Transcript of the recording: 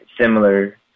similar